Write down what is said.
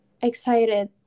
excited